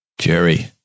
Jerry